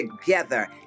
together